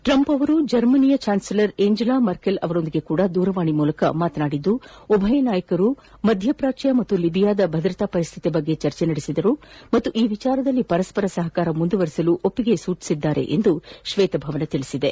Trump ಅವರು German chancellor Angela Merkel ಅವರೊಂದಿಗೂ ದೂರವಾಣಿ ಮೂಲಕ ಮಾತನಾಡಿದ್ದು ಉಭಯ ನಾಯಕರು ಮಧ್ಯಪ್ರಾಚ್ಯ ಮತ್ತು ಲಿಬಿಯಾದಲ್ಲಿ ಭದ್ರತಾ ಪರಿಸ್ತಿತಿ ಬಗ್ಗೆ ಚರ್ಚೆ ನಡೆಸಿದ್ದಾರೆ ಹಾಗೂ ಈ ವಿಚಾರದಲ್ಲಿ ಪರಸ್ವರ ಸಹಕಾರ ಮುಂದುವರಿಸಲು ಒಪ್ಪಿಗೆ ಸೂಚಿಸಿದ್ದಾರೆಂದೂ ಶ್ವೇತಭವನ ಹೇಳಿದೆ